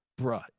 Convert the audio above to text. Bruh